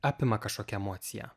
apima kažkokia emocija